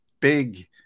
big